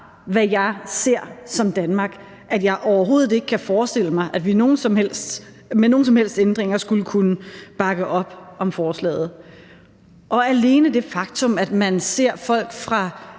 hvad jeg ser som Danmark, at jeg overhovedet ikke kan forestille mig, at vi med nogen som helst ændringer skulle kunne bakke op om forslaget, og alene det faktum, at man ser folk fra